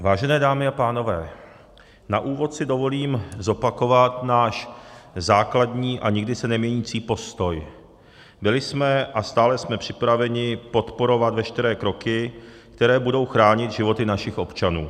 Vážené dámy a pánové, na úvod si dovolím zopakovat náš základní a nikdy se neměnící postoj: byli jsme a stále jsme připraveni podporovat veškeré kroky, které budou chránit životy našich občanů.